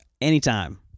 Anytime